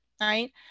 right